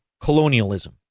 colonialism